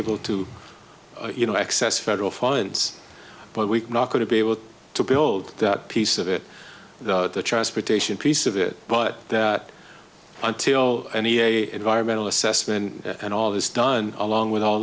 able to you know access federal funds but weak not going to be able to build that piece of it the transportation piece of it but that until and a environmental assessment and all this done along with all